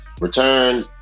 return